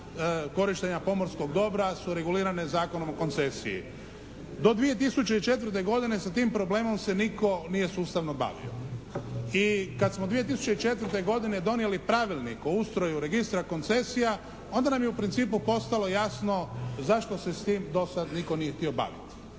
korištenja pomorskog dobra su regulirane Zakonom o koncesiji. Do 2004. godine sa tim problemom se nitko nije sustavno bavio. I kad smo 2004. godine donijeli Pravilnik o ustroju registra koncesija onda nam je u principu postalo jasno zašto se s tim do sada nitko nije htio baviti.